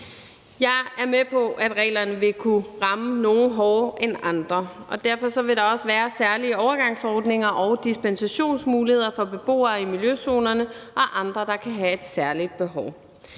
Jeg er med på, at reglerne vil kunne ramme nogle hårdere end andre, og derfor vil der også være særlige overgangsordninger og dispensationsmuligheder for beboere i miljøzonerne og andre, der kan have et særligt behov.